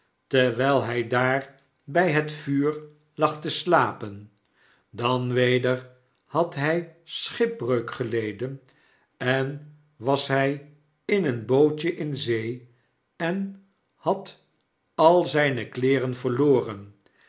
terwyl hy daar bij het vuur lag te slapen dan weder had hy schipbreuk geleden en was hy in een bootje in zee en had al zyne kleeren verloren